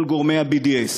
לכל גורמי ה-BDS,